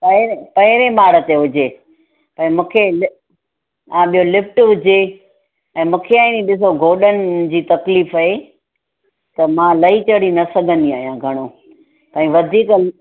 पै पहिरे माड़े ते हुजे ते मूंखे हा ॿियों लिफ्ट हुजे ऐं मूंखे आई नी ॾिसो गोॾनि जी तकलीफ़ आहे त मां लही चढ़ी न सघंदी आहियां घणो तंहिं वधीक